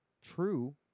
true